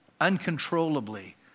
uncontrollably